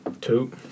Two